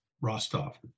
Rostov